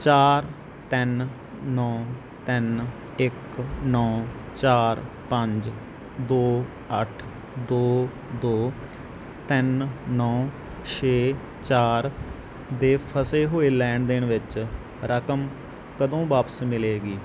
ਚਾਰ ਤਿੰਨ ਨੌਂ ਤਿੰਨ ਇੱਕ ਨੌਂ ਚਾਰ ਪੰਜ ਦੋ ਅੱਠ ਦੋ ਦੋ ਤਿੰਨ ਨੌਂ ਛੇ ਚਾਰ ਦੇ ਫਸੇ ਹੋਏ ਲੈਣ ਦੇਣ ਵਿੱਚ ਰਕਮ ਕਦੋਂ ਵਾਪਿਸ ਮਿਲੇਗੀ